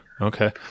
okay